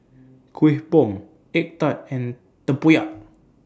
Kuih Bom Egg Tart and Tempoyak